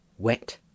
Wet